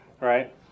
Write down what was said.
Right